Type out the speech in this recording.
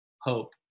hope